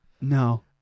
No